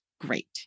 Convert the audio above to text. great